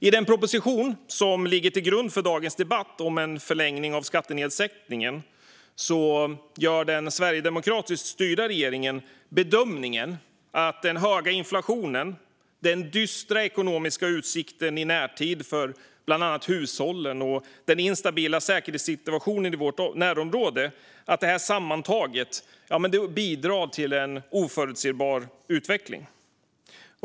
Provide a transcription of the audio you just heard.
I den proposition som ligger till grund för dagens debatt om en förlängning av skattenedsättningen gör den sverigedemokratiskt styrda regeringen bedömningen att den höga inflationen, den dystra ekonomiska utsikten i närtid för bland annat hushållen och den instabila säkerhetssituationen i vårt närområde sammantaget bidrar till en oförutsebar utveckling.